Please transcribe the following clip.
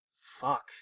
Fuck